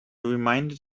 reminded